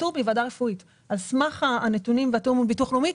פטור מוועדה רפואית על סמך הנתונים והתיאום עם ביטוח לאומי.